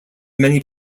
many